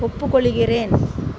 ஒப்புக்கொள்கிறேன்